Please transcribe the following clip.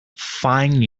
find